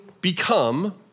become